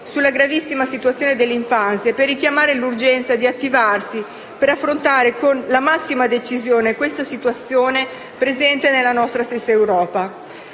sulla gravissima situazione dell'infanzia e per richiamare l'urgenza di attivarsi, per affrontare con la massima decisione questa situazione presente nella nostra stessa Europa.